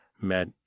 met